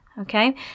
okay